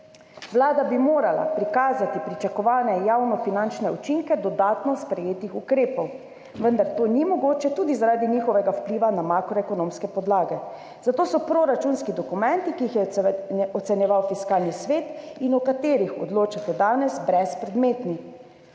Vlada bi morala prikazati pričakovane javnofinančne učinke dodatno sprejetih ukrepov, vendar to ni mogoče, tudi zaradi njihovega vpliva na makroekonomske podlage, zato so proračunski dokumenti, ki jih je ocenjeval Fiskalni svet in o katerih odločate danes, brezpredmetni.